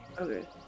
Okay